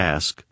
Ask